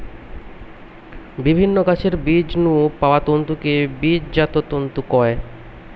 বিভিন্ন গাছের বীজ নু পাওয়া তন্তুকে বীজজাত তন্তু কয়